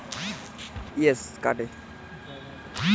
ATM এর জন্যে কি বছরে কোনো টাকা কাটে?